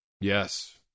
Yes